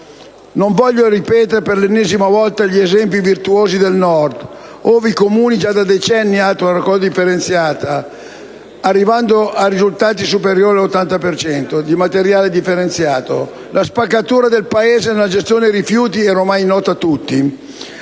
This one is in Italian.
Non voglio ripetere per l'ennesima volta gli esempi virtuosi del Nord, ove i Comuni già da decenni attuano la raccolta differenziata, arrivando a risultati superiori all'80 per cento di materiale differenziato. La spaccatura del Paese nella gestione dei rifiuti è oramai nota a tutti: